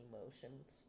emotions